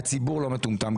הציבור לא מטומטם,